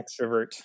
extrovert